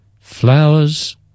flowers